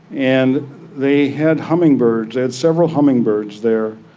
and they had hummingbirds, and several hummingbirds there,